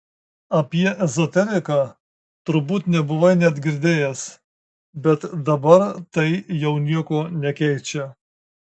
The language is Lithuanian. apie ezoteriką turbūt nebuvai net girdėjęs bet dabar tai jau nieko nekeičia